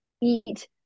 eat